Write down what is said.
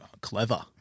Clever